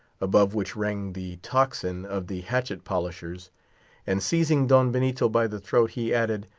above which rang the tocsin of the hatchet-polishers and seizing don benito by the throat he added,